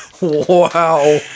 Wow